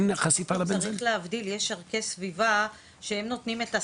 עותרת כנגד החלטת המשרד להגנת הסביבה לא לאפשר